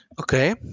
Okay